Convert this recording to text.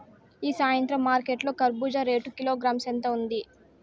ఈ సాయంత్రం మార్కెట్ లో కర్బూజ రేటు కిలోగ్రామ్స్ ఎంత ఉంది?